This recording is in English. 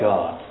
God